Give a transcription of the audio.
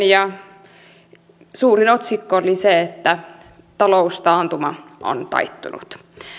ja suurin otsikko oli se että taloustaantuma on taittunut